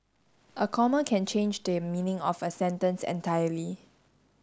a comma can change the meaning of a sentence entirely